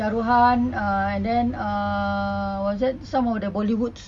shah rukh khan uh and then uh what's that some of the bollywood's